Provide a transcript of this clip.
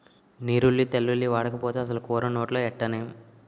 నీరుల్లి తెల్లుల్లి ఓడకపోతే అసలు కూర నోట్లో ఎట్టనేం